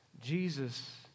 Jesus